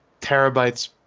terabytes